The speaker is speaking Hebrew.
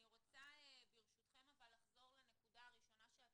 אני רוצה ברשותכם לחזור לנקודה הראשונה שהעלית,